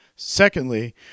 Secondly